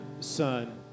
Son